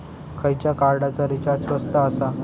खयच्या कार्डचा रिचार्ज स्वस्त आसा?